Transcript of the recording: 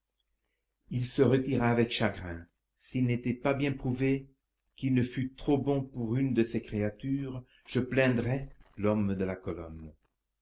il se retira avec chagrin s'il n'était pas bien prouvé qu'il ne fût trop bon pour une de ses créatures je plaindrais l'homme de la colonne